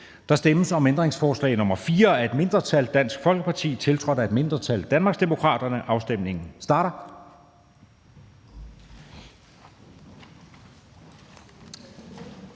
Der stemmes om ændringsforslag nr. 4 af et mindretal (DF), tiltrådt af et mindretal (DD). Afstemningen starter.